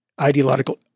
ideological